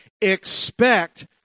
expect